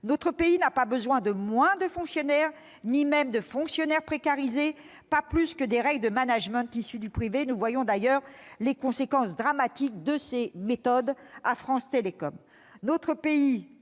notre pays n'a pas besoin de moins de fonctionnaires, ni même de fonctionnaires précarisés, pas plus que des règles de management issues du privé. Nous voyons à cet égard les conséquences dramatiques de ces méthodes à France Télécom.